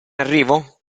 arrivo